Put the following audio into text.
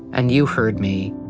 and you heard me